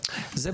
מצוין.